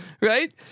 right